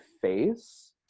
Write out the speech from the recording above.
face